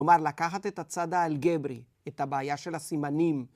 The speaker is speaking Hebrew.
כלומר, לקחת את הצד האלגברי, את הבעיה של הסימנים.